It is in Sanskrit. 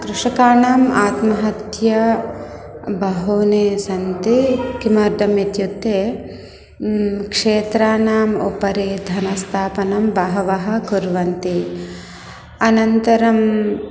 कृषकाणाम् आत्महत्या बहूनि सन्ति किमर्थम् इत्युत्ते क्षेत्राणाम् उपरि धनस्थापनं बहवः कुर्वन्ति अनन्तरं